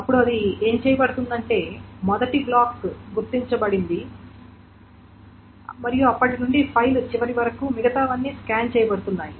అప్పుడు అది ఏమి చేయబడుతుందంటే మొదటి బ్లాక్ గుర్తించబడింది మరియు అప్పటి నుండి ఫైలు చివర వరకు మిగతావన్నీ స్కాన్ చేయబడుతున్నాయి